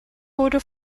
wurde